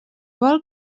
vol